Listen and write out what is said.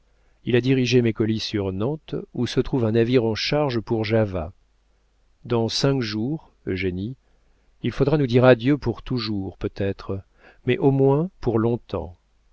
il a dirigé mes colis sur nantes où se trouve un navire en charge pour java dans cinq jours eugénie il faudra nous dire adieu pour toujours peut-être mais au moins pour longtemps